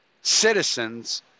citizens